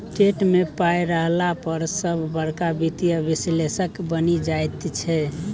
TET मे पाय रहला पर सभ बड़का वित्तीय विश्लेषक बनि जाइत छै